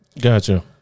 Gotcha